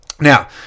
Now